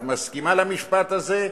את מסכימה למשפט הזה?